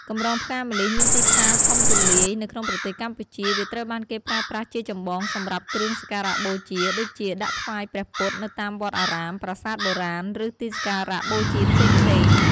កម្រងផ្កាម្លិះមានទីផ្សារធំទូលាយនៅក្នុងប្រទេសកម្ពុជា វាត្រូវបានគេប្រើប្រាស់ជាចម្បងសម្រាប់គ្រឿងសក្ការបូជា ដូចជាដាក់ថ្វាយព្រះពុទ្ធនៅតាមវត្តអារាម ប្រាសាទបុរាណ ឬទីសក្ការៈបូជាផ្សេងៗ។